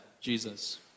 Jesus